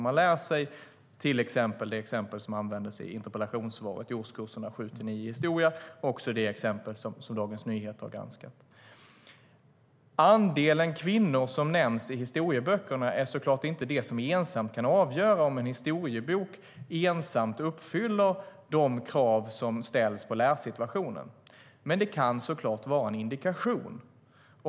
Jag nämnde ett exempel i interpellationssvaret som handlade om historia i årskurserna 7-9. Det gäller också det exempel som Dagens Nyheter har granskat. Andelen kvinnor som nämns i historieböckerna är såklart inte det som ensamt avgör om en historiebok uppfyller de krav som ställs på lärsituationen, men det kan såklart vara en indikation.